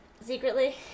secretly